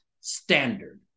standard